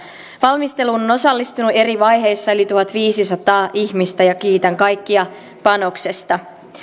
valmisteluun on osallistunut eri vaiheissa yli tuhatviisisataa ihmistä ja kiitän kaikkia panoksesta